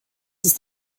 ist